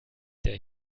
der